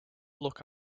look